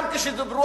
גם כשדיברו,